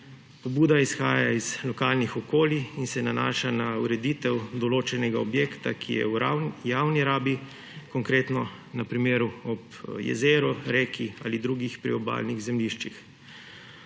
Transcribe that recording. pobuda izhaja iz lokalnih okolij in se nanaša na ureditev določenega objekta, ki je v javni rabi, konkretno na primeru ob jezeru, reki ali drugih priobalnih zemljiščih.